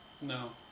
No